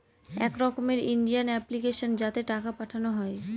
এক রকমের Indian application যাতে টাকা পাঠানো হয়